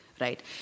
right